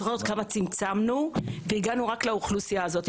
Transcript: את זוכרת כמה צמצמנו והגענו רק לאוכלוסייה הזאת.